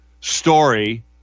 story